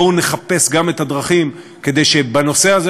בואו נחפש גם את הדרכים כדי שבנושא הזה,